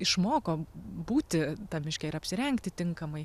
išmoko būti tam miške ir apsirengti tinkamai